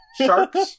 Sharks